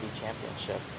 championship